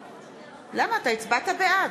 אתה הצבעת בעד.